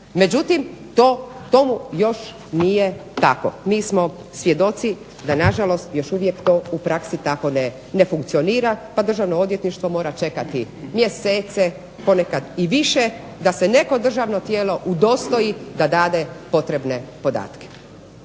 međutim, tomu još nije tako mi smo svjedoci da još uvijek to u praksi tako ne funkcionira pa Državno odvjetništvo može čekati mjesece ponekad i više da se neko državno tijelo udostoji da dade neke potrebne podatke.